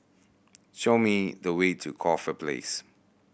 show me the way to Corfe Place